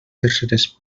terceres